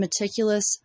meticulous